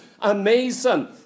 amazing